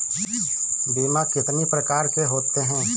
बीमा कितनी प्रकार के होते हैं?